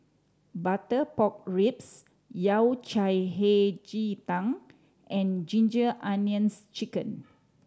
butter pork ribs Yao Cai Hei Ji Tang and Ginger Onions Chicken